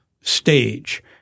stage